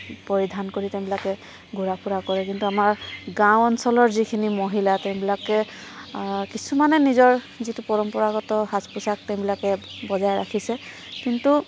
পৰিধান কৰি তেওঁবিলাকে ঘূৰা ফুৰা কৰে কিন্তু আমাৰ গাঁও অঞ্চলৰ যিখিনি মহিলা তেওঁবিলাকে কিছুমানে নিজৰ যিটো পৰম্পৰাগত সাজ পোচাক তেওঁবিলাকে বজাই ৰাখিছে কিন্তু